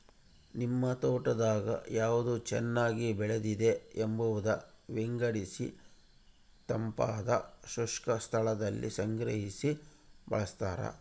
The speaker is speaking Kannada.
ನಿಮ್ ತೋಟದಾಗ ಯಾವ್ದು ಚೆನ್ನಾಗಿ ಬೆಳೆದಿದೆ ಎಂಬುದ ವಿಂಗಡಿಸಿತಂಪಾದ ಶುಷ್ಕ ಸ್ಥಳದಲ್ಲಿ ಸಂಗ್ರಹಿ ಬಳಸ್ತಾರ